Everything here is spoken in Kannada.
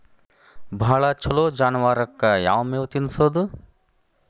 ಭಾಳ ಛಲೋ ಜಾನುವಾರಕ್ ಯಾವ್ ಮೇವ್ ತಿನ್ನಸೋದು?